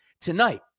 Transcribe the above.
Tonight